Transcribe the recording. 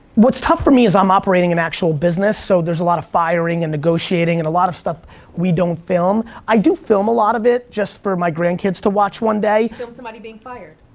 what's tough for me is i'm operating an actual business, so there's a lot of firing and negotiating and a lot of stuff we don't film. i do film a lot of it, just for my grandkids to watch one day film somebody being fired?